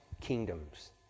kingdoms